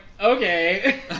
okay